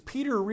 Peter